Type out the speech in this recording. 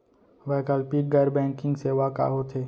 वैकल्पिक गैर बैंकिंग सेवा का होथे?